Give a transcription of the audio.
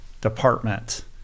department